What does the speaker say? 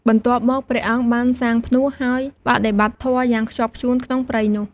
បន្ទាប់មក ព្រះអង្គបានសាងផ្នួស ហើយបដិបត្តិធម៌យ៉ាងខ្ជាប់ខ្ជួនក្នុងព្រៃនោះ។